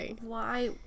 why-